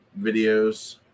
videos